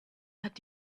hat